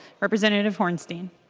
representative hornstein